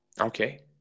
okay